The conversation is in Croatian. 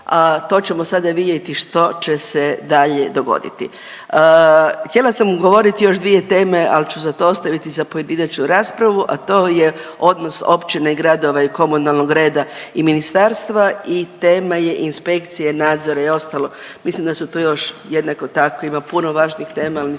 a to ćemo sada vidjeti što će se dalje dogoditi. Htjela sam govoriti o još dvije teme, al ću to ostaviti za pojedinačnu raspravu, a to je odnos općina i gradova i komunalnog reda i ministarstva tema je inspekcije nadzora i ostalo, mislim da su to još jednako tako ima puno važnih tema, ali mi